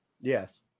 Yes